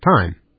Time